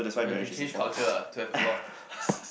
but you can change culture ah to have a lot